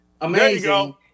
amazing